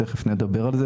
תיכף נדבר על זה.